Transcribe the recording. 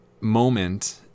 moment